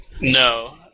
No